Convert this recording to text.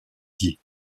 die